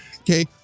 Okay